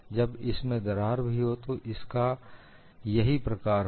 जब इसमें दरार भी हो तो इसका यही प्रकार होगा